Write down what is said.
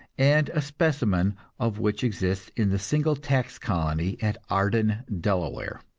and a specimen of which exists in the single tax colony at arden, delaware.